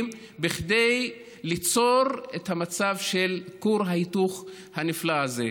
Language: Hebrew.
כדי ליצור את המצב של כור ההיתוך הנפלא הזה.